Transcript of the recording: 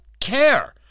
care